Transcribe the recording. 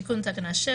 תיקון תקנה 6,